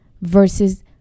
versus